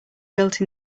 built